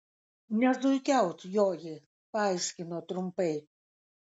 ne zuikiaut joji paaiškino trumpai